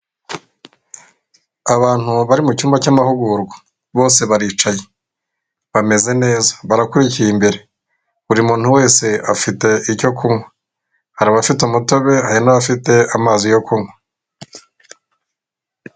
Abantu bari mu cyumba cy'amahugurwa, bose baricaye, bameze neza, barakurikiye imbere, buri muntu wese afite icyo kunywa, hari abafite umutobe, hari n'abafite amazi yo kunywa.